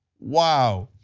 wow.